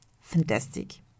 Fantastic